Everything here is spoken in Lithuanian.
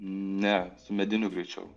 ne su mediniu greičiau